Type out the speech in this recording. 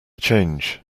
change